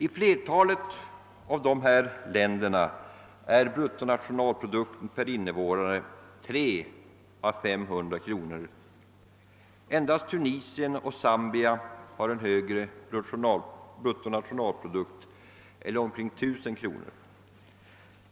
I flertalet av dessa länder är bruttonationalprodukten per invånare 300—500 kr. Endast Tunisien och Zambia har en högre bruttonationalprodukt eller omkring 1 000 kr.